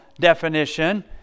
definition